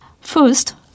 First